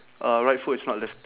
uh right foot is not lift~